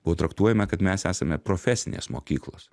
buvo traktuojama kad mes esame profesinės mokyklos